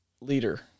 leader